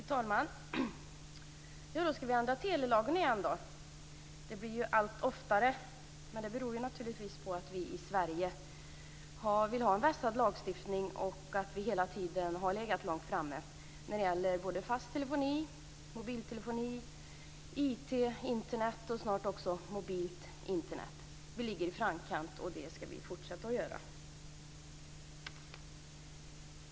Fru talman! Nu ska vi behandla telelagen igen - det blir allt oftare. Det beror naturligtvis på att vi i Sverige vill ha en vässad lagstiftning och att vi hela tiden har legat långt framme när det gäller fast telefoni, mobiltelefoni, IT, Internet och snart också mobilt Internet. Vi ligger i framkant, och det ska vi fortsätta att göra.